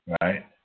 right